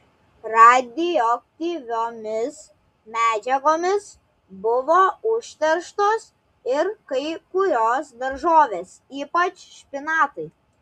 radioaktyviomis medžiagomis buvo užterštos ir kai kurios daržovės ypač špinatai